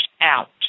Out